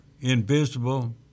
invisible